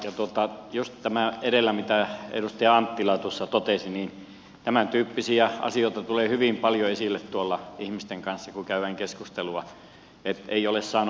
just niin kuin edellä edustaja anttila totesi tämäntyyppisiä asioita tulee hyvin paljon esille ihmisten kanssa kun käydään keskustelua että ei ole saanut oikeutta